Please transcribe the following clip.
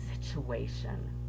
situation